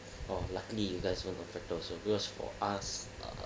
orh luckily you guys weren't affected also because for us err